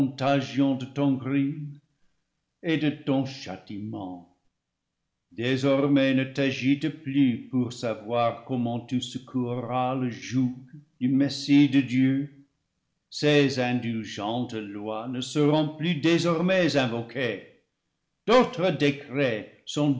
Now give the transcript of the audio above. contagion de ton crime et de ton châtiment désormais ne t'agite plus pour savoir comment tu secoue ras le joug du messie de dieu ces indulgentes lois ne seront plus désormais invoquées d'autres décrets sont